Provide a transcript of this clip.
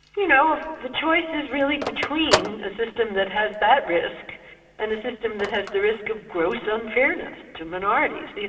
you know, if the choice is really between a system that has that risk and the system that has the risk of gross unfairness to minorities, but